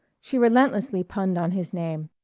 she relentlessly punned on his name.